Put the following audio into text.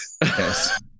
Yes